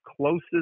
closest